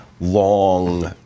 long